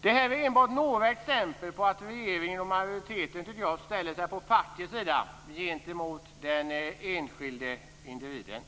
Det här är bara några exempel på att regeringen och majoriteten, tycker jag, ställer sig på fackets sida gentemot den enskilde individen.